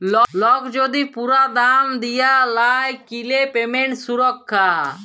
lock যদি পুরা দাম দিয়া লায় কিলে পেমেন্ট সুরক্ষা